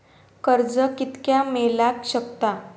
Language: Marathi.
कर्ज कितक्या मेलाक शकता?